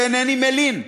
ואינני מלין,